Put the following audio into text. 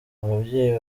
ababyeyi